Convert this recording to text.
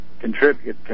contribute